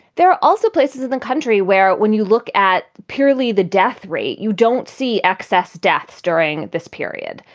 there are also places in the country where when you look at purely the death rate, you don't see excess deaths during this period.